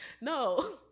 No